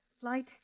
Flight